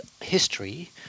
history